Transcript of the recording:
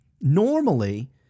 Normally